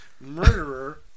murderer